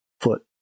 Foot